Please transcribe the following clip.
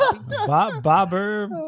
Bobber